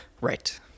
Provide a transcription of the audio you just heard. Right